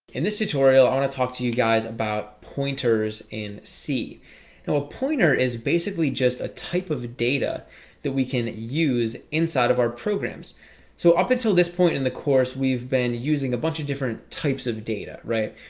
in this tutorial i want to talk to you guys about pointers in c now and a pointer is basically just a type of data that we can use inside of our programs so up until this point in the course, we've been using a bunch of different types of data, right?